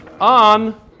on